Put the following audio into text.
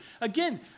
Again